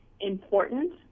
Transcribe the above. important